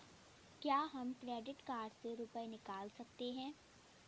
क्या हम credit card से रुपये निकाल सकते हैं?